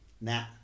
nah